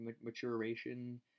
maturation